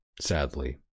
Sadly